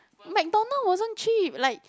McDonald's wasn't cheap like